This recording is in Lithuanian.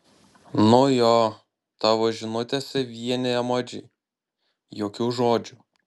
nu jo tavo žinutėse vieni emodžiai jokių žodžių